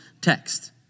text